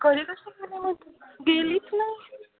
घरी कशी गेली नाही तू गेलीच नाही